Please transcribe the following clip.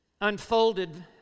unfolded